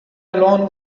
alone